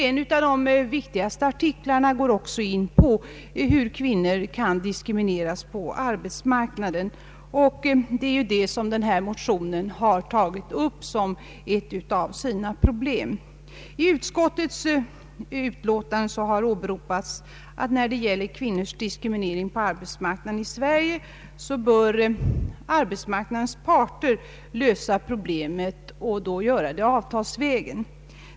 En av de viktigaste artiklarna går också in på hur kvinnor kan diskrimineras på arbetsmarknaden, och det är det som den här motionen har tagit upp som ett av sina problem. I utskottets utlåtande har anförts att arbetsmarknadens parter avtalsvägen bör lösa problemet med kvinnornas diskriminering på arbetsmarknaden.